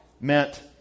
meant